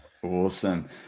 Awesome